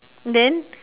then